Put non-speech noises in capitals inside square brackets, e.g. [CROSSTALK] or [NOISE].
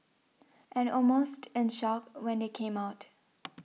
and almost in shock when they came out [NOISE]